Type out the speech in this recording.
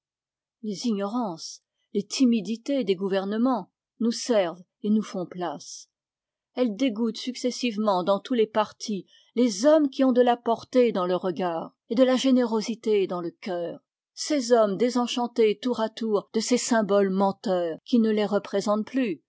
les ignorances les timidités des gouvernemens nous servent et nous font place elles dégoûtent successivement dans tous les partis les hommes qui ont de la portée dans le regard et de la générosité dans le cœur ces hommes désenchantés tour à tour de ces symboles menteurs qui ne les représentent plus